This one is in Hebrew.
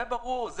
זה ברור.